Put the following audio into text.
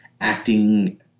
acting